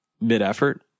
mid-effort